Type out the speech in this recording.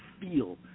feel